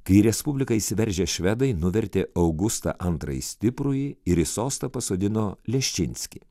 kai į respubliką įsiveržę švedai nuvertė augustą antrąjį stiprųjį ir į sostą pasodino leščinskį